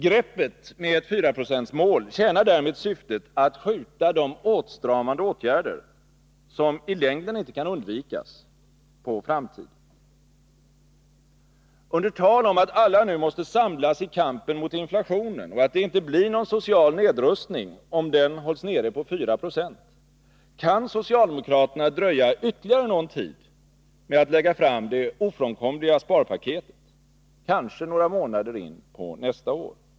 Greppet med ett 4-procentsmål tjänar därmed syftet att skjuta de åtstramande åtgärder, som i längden inte kan undvikas, på framtiden. Under tal om att alla nu måste samlas i kampen mot inflationen och att det inte blir någon social nedrustning om denna hålls nere på 4 26, kan socialdemokraterna dröja ytterligare någon tid med att lägga fram det ofrånkomliga sparpaketet, kanske några månader in på nästa år.